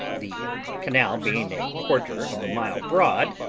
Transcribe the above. the canal being a quarter of a mile broad,